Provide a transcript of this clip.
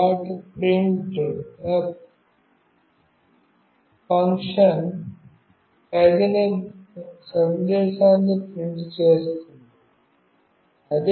printf function తగిన సందేశాన్ని print చేస్తుంది